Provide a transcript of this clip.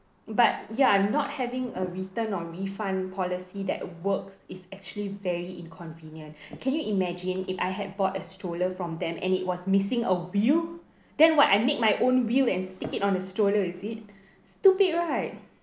but ya not having a return or refund policy that works is actually very inconvenient can you imagine if I had bought a stroller from them and it was missing a wheel then what I make my own wheel and stick it on the stroller is it stupid right